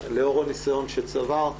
לאור הנסיון שצברת.